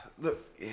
Look